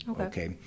Okay